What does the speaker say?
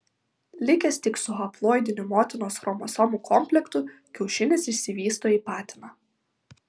likęs tik su haploidiniu motinos chromosomų komplektu kiaušinis išsivysto į patiną